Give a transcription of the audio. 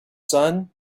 son